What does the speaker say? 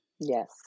Yes